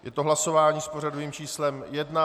Je to hlasování s pořadovým číslem 1.